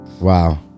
Wow